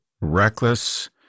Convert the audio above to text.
reckless